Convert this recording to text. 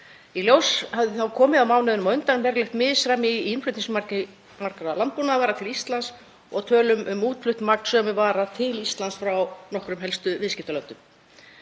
Í ljós hafði komið mánuðina á undan verulegt misræmi í innflutningsmagni margra landbúnaðarvara til Íslands og tölum um útflutt magn sömu vara til Íslands frá nokkrum helstu viðskiptalöndum.